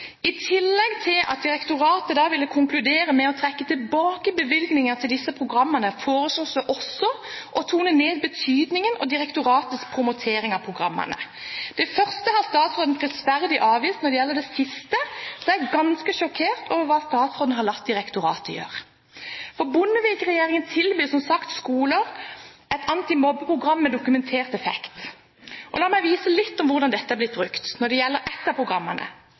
I tillegg til at direktoratet da ville konkludere med å trekke tilbake bevilgninger til disse programmene foreslås det også å tone ned betydningen av direktoratets promotering av programmene. Det første har statsråden prisverdig avvist. Når det gjelder det siste, er jeg ganske sjokkert over hva statsråden har latt direktoratet gjøre. Bondevik-regjeringen tilbød, som sagt, skolene et antimobbeprogram med dokumentert effekt. La meg vise til hvordan dette har blitt brukt når det gjelder ett av programmene.